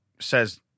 says